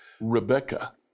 Rebecca